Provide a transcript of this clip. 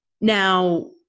Now